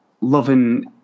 loving